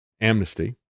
amnesty